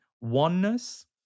oneness